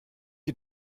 die